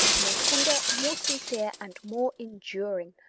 more tender, more sincere, and more enduring,